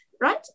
Right